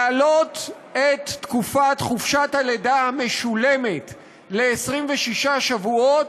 להעלות את תקופת חופשת הלידה המשולמת ל-26 שבועות,